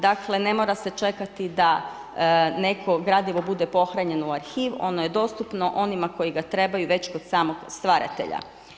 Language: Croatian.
Dakle ne mora se čekati da neko gradivo bude pohranjeno u arhiv, ono je dostupno onima koji ga trebaju već kod samog stvaratelja.